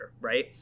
right